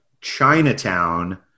Chinatown